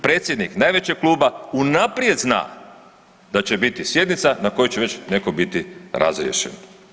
Predsjednik najvećeg kluba unaprijed zna da će biti sjednica na kojoj će već netko biti razriješen.